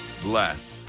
bless